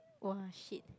!wah! !shit!